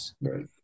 Right